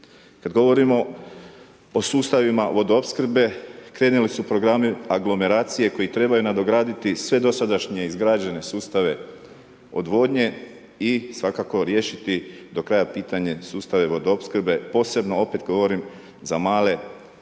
Kad govorimo o sustavima vodoopskrbe, krenuli su programi aglomeracije koji trebaju nadograditi sve dosadašnje izgrađene sustave odvodnje i svakako riješiti do kraja pitanje sustave vodoopskrbe posebno opet kad govorim za male i